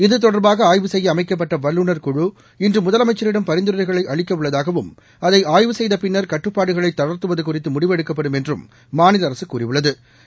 இதுதொடர்பாகஆய்வுசெய்யஅமைக்கப்பட்டவல்லுநர்குழுஇன்றுமுதல மைச்சரிடம்பரிந்துரைகளைஅளிக்கவுள்ளதாகவும்அதைஆய்வுசெய்தபின்னர்கட்டு ப்பாடுகளைதளர்த்துவதுகுறித்துமுடிவுஎடுக்கப்படும்என்றும்மாநிலஅரசுகூறியுள்ள து